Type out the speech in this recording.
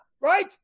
Right